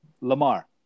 Lamar